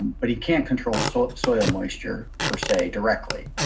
but he can't control soil soil moisture per se directly.